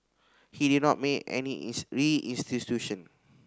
he did not make any restitution